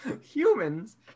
humans